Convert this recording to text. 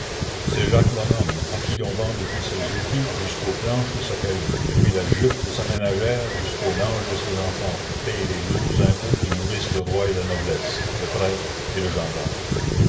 c'est jacques bonhomme à qui l'on vend depuis ses outils jusqu'aux planches de sa cahute depuis la jupe de sa ménagère jusqu'aux langes de ses enfants pour payer les lourds impôts qui nourrissent le roi et la noblesse le prêtre et le gendarme